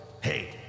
Hey